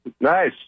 Nice